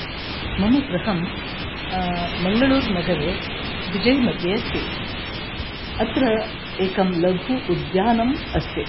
मम गृहम् मङ्गलूरुनगरे विजय् मध्ये अस्ति अत्र एकम् लघु उद्यानम् अस्ति